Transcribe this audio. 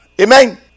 Amen